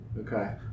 Okay